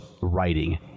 writing